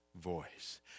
voice